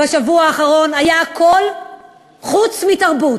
השיח בשבוע האחרון היה הכול חוץ מתרבות,